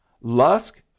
Lusk